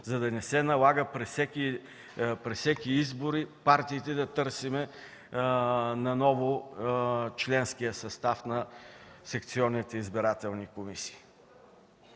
Да не се налага при всеки избор партиите отново да търсим членския състав на секционните избирателни комисии.